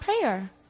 prayer